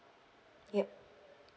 yup